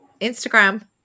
Instagram